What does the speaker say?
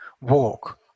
walk